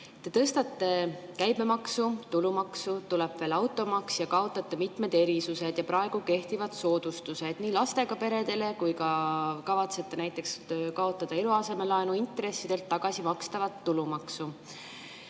Te tõstate käibemaksu, tulumaksu, tuleb veel automaks, kaotate mitmed erisused ja praegu kehtivad soodustused lastega peredele ning kavatsete kaotada eluasemelaenu intressidelt tagasimakstava tulumaksu.